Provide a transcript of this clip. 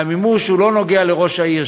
והמימוש לא נוגע לראש העיר,